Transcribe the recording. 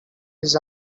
his